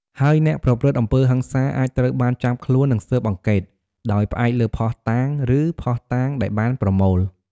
ហើយអ្នកប្រព្រឹត្តអំពើហិង្សាអាចត្រូវបានចាប់ខ្លួន និងស៊ើបអង្កេត: ដោយផ្អែកលើភស្ដុតាង ឬភស្តុតាងដែលបានប្រមូល។